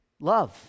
love